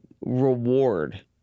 reward